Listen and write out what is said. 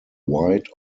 white